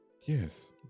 Yes